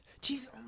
Jesus